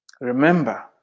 Remember